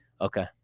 Okay